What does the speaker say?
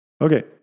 Okay